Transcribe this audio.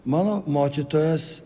mano mokytojas